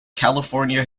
california